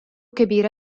كبير